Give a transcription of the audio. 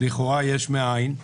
לכאורה יש מאין?